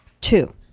two